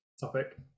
topic